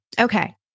Okay